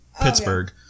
Pittsburgh